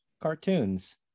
cartoons